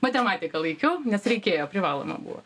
matematiką laikiau nes reikėjo privaloma buvo